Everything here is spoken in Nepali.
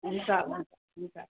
हुन्छ हुन्छ